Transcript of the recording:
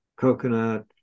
coconut